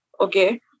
okay